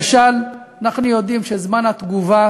למשל, אנחנו יודעים שזמן התגובה